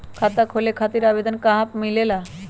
खाता खोले खातीर आवेदन पत्र कहा मिलेला?